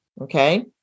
okay